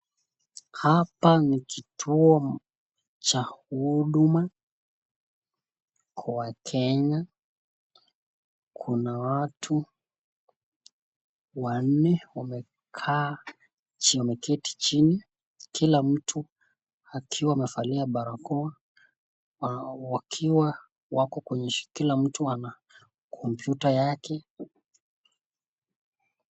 Hapa ni kituo cha huduma kwa wakenya, kuna watu wanne wamekaa kimya wameketi chini kila mtu akiwa amevalia barakoa na wakiwa wako kwenye kila mtu ana kompyuta yake.